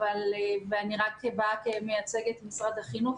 ואני רק באה כמייצגת משרד החינוך.